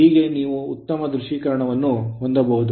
ಹೀಗಾಗಿ ನೀವು ಉತ್ತಮ ದೃಶ್ಯೀಕರಣವನ್ನು ಹೊಂದಬಹುದು